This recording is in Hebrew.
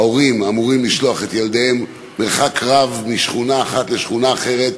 ההורים אמורים לשלוח את ילדיהם מרחק רב משכונה אחת לשכונה אחרת,